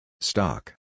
Stock